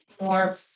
more